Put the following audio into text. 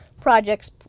projects